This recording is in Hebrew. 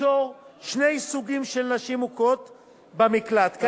תיצור שני סוגים של נשים מוכות במקלט, אתה צודק.